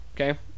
okay